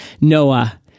Noah